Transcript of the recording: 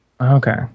Okay